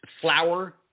flour